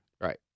Right